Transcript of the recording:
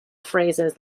phrases